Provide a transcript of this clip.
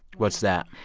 what's that?